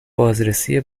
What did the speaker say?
بازرسی